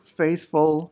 faithful